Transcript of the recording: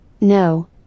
no